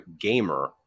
gamer